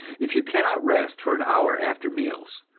if you cannot rest for an hour after meals,